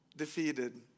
Defeated